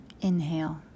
Inhale